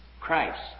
Christ